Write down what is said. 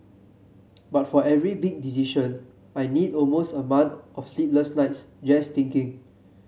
but for every big decision I need almost a month of sleepless nights just thinking